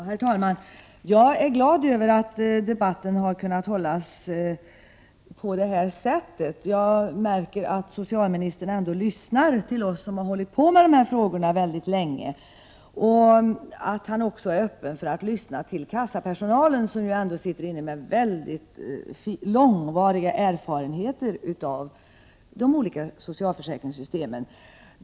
Herr talman! Jag är glad över att debatten har kunnat föras så som nu har skett. Jag märker att socialministern ändå lyssnar till oss som sysslat med dessa frågor väldigt länge och att socialministern också är öppen för att lyssna till kassapersonalen som ändå sitter inne med väldigt lång erfarenhet av de olika socialförsäkringssystemen.